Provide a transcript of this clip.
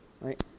right